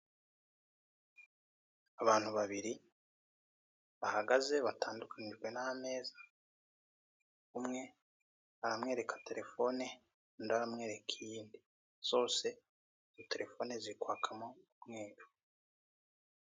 Abantu babiri, bahagaze batandukanijwe n'amezi, umwe aramwereka telefone undi aramwereka iy'indi, zose izo telefone zikwakamo umweru.